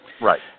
Right